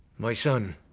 my son,